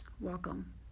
welcome